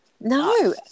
No